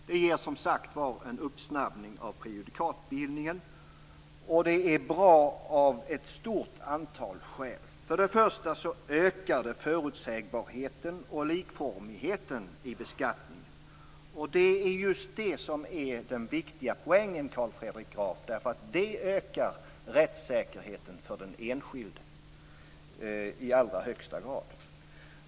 Det snabbar som sagt upp prejudikatbildningen, och det är bra av ett stort antal skäl. För det första ökar det förutsägbarheten och likformigheten i beskattningen. Det är just det som är den viktiga poängen, Carl Fredrik Graf. Det ökar nämligen rättssäkerheten för den enskilde i allra högsta grad.